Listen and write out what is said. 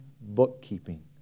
bookkeeping